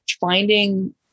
finding